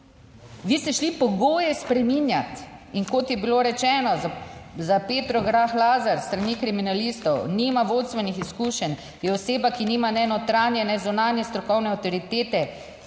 Vi ste šli pogoje spreminjati in kot je bilo rečeno za Petro Grah Lazar s strani kriminalistov nima vodstvenih izkušenj, je oseba, ki nima ne notranje ne zunanje strokovne avtoritete,